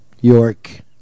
York